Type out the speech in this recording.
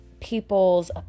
people's